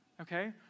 Okay